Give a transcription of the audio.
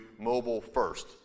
mobile-first